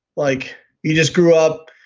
like you just grew up,